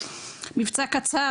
מבצע קצר,